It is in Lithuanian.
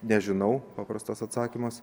nežinau paprastas atsakymas